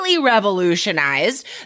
revolutionized